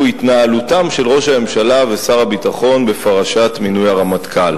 הוא: התנהלותם של ראש הממשלה ושר הביטחון בפרשת מינוי הרמטכ"ל.